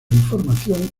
información